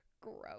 gross